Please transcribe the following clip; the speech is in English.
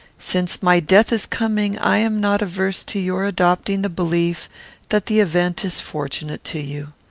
since my death is coming, i am not averse to your adopting the belief that the event is fortunate to you.